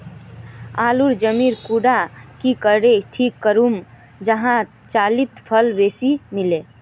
आलूर जमीन कुंडा की करे ठीक करूम जाहा लात्तिर फल बेसी मिले?